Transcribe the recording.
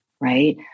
right